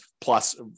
plus